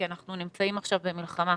כי אנחנו נמצאים עכשיו במלחמה.